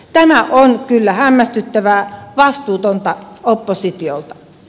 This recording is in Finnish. tämä on kyllä hämmästyttävää vastuutonta oppositiolta